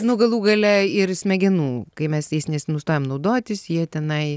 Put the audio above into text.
nu galų gale ir smegenų kai mes jais nes nustojam naudotis jie tenai